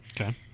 Okay